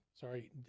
sorry